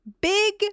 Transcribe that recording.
Big